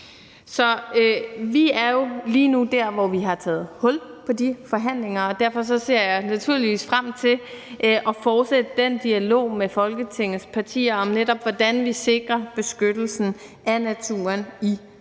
Så vi er jo lige nu der, hvor vi har taget hul på de forhandlinger, og derfor ser jeg naturligvis frem til at fortsætte den dialog med Folketingets partier om, netop hvordan vi sikrer beskyttelsen af naturen i havplanen.